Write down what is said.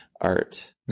art